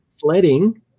flooding